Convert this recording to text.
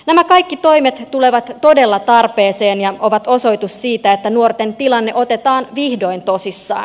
nämä kaikki toimet tulevat todella tarpeeseen ja ovat osoitus siitä että nuorten tilanne otetaan vihdoin tosissaan